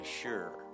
sure